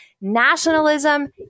nationalism